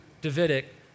Davidic